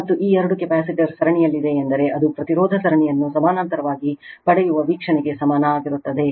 ಮತ್ತು ಈ ಎರಡು ಕೆಪಾಸಿಟರ್ ಸರಣಿಯಲ್ಲಿದೆ ಎಂದರೆ ಅದು ಪ್ರತಿರೋಧ ಸರಣಿಯನ್ನು ಸಮಾನಾಂತರವಾಗಿ ಪಡೆಯುವ ವೀಕ್ಷಣೆಗೆ ಸಮನಾಗಿರುತ್ತದೆ